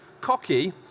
cocky